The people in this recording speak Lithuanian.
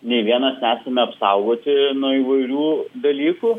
nei vienas esame apsaugoti nuo įvairių dalykų